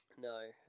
No